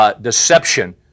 deception